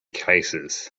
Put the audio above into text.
cases